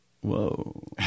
whoa